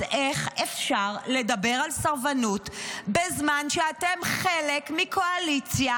אז איך אפשר לדבר על סרבנות בזמן שאתם חלק מקואליציה